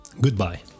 Goodbye